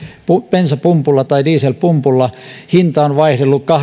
bensapumpulla tai dieselpumpulla hinta on vaihdellut